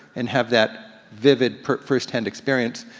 and have that vivid first-hand experience.